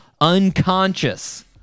unconscious